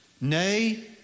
nay